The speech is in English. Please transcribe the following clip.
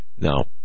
Now